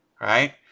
right